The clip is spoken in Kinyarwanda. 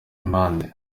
impande